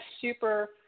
super